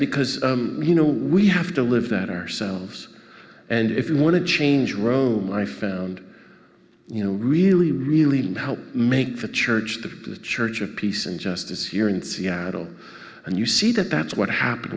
because you know we have to live that ourselves and if you want to change rome i found you know really really help make the church the church of peace and justice here in seattle and you see that that's what happened